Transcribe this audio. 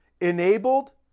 enabled